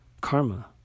Karma